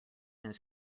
his